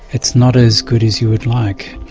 it's not as good as you would like.